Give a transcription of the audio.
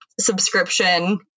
subscription